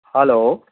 hello